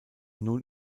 nun